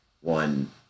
one